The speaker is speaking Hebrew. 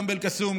גם באל-קסום,